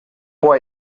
può